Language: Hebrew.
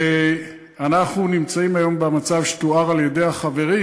ואנחנו נמצאים היום במצב שתואר על-ידי החברים,